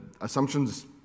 Assumptions